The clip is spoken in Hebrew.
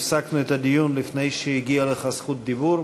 הפסקנו את הדיון לפני שהגיעה לך זכות דיבור,